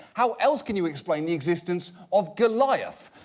how else could you explain the existence of goliath?